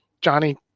johnny